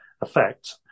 effect